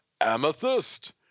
Amethyst